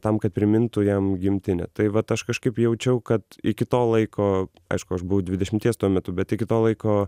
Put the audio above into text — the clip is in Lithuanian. tam kad primintų jam gimtinę tai vat aš kažkaip jaučiau kad iki to laiko aišku aš buvau dvidešimties tuo metu bet iki to laiko